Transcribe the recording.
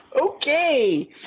Okay